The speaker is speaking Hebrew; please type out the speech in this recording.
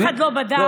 אף אחד לא בדק,